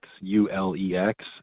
U-L-E-X